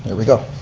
and we go.